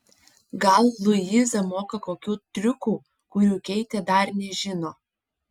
gal luiza moka kokių triukų kurių keitė dar nežino